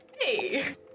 Hey